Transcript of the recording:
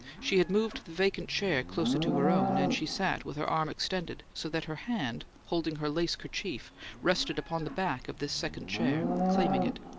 she had moved the vacant chair closer to her own, and she sat with her arm extended so that her hand, holding her lace kerchief, rested upon the back of this second chair, claiming it.